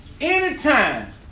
Anytime